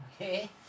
Okay